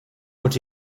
but